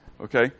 Okay